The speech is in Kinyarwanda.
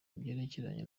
byerekeranye